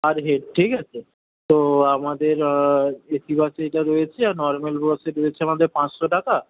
পার head ঠিক আছে তো আমাদের এসি বাস এটা রয়েছে আর নর্মাল বাসে রয়েছে আমাদের পাঁচশো টাকা